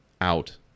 out